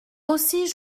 aussi